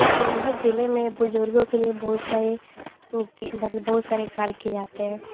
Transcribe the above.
जो सोनभद जिले में बुजुर्गो के लिए बहुत सारे निकती मतलब बहुत सारे कार्य किए जाते हैं